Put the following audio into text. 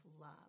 love